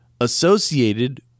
associated